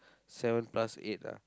seven plus eight ah